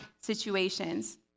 situations